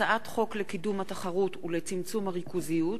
הצעת חוק לקידום התחרות ולצמצום הריכוזיות,